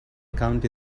account